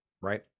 Right